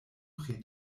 pri